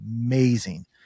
amazing